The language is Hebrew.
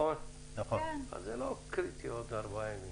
אז זה לא קריטי עוד ארבעה ימים.